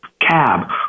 cab